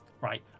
right